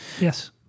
Yes